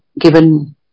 given